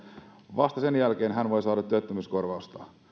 vasta sen jälkeen hän voi saada työttömyyskorvausta